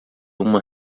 uma